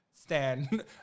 stand